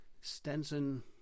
Stenson